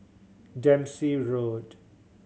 Dempsey Road